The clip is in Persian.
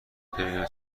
ببینم